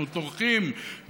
אנחנו טורחים,